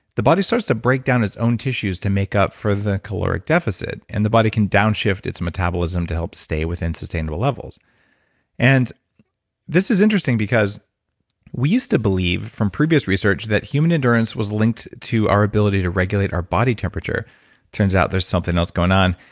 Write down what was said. the body starts to break down its own tissues to make up for the caloric deficit, and the body can downshift its metabolism to help stay within sustainable levels and this is interesting because we used to believe, from previous research, that human endurance was linked to our ability to regulate our body temperature. it turns out there's something else going on.